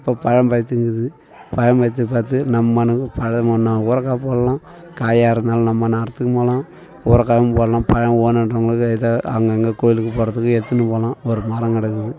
இப்போப் பழம் பழுத்துக்குது பழம் பழுத்ததை பார்த்து நம்மானுக்கு பழமுன்னால் ஊறுகா போடலாம் காயாக இருந்தாலும் நம்மனு அறுத்துன்னு போகலாம் ஊறுகாயும் போடலாம் பழம் வேணுன்றவங்களுக்கு இதை அங்கங்கெ கோயிலுக்குப் போகிறதுக்கு எடுத்துன்னு போகலாம் ஒரு மரம் கிடக்குது